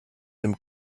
dem